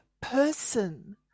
person